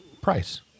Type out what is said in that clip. price